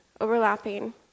overlapping